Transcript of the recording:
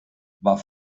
war